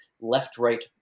left-right